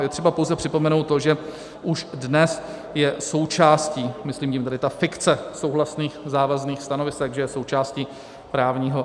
Je třeba pouze připomenout to, že už dnes je součástí myslím tedy ta fikce souhlasných závazných stanovisek, že je součástí právního řádu.